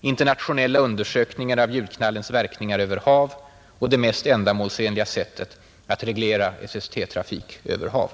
internationella undersökningar av ljudknallens verkningar över hav om det mest ändamålsenliga sättet att reglera SST-trafik över hav.